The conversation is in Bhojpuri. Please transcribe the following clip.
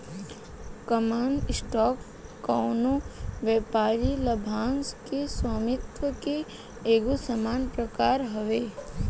कॉमन स्टॉक कवनो व्यापारिक लाभांश के स्वामित्व के एगो सामान्य प्रकार हवे